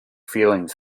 feelings